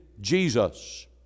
Jesus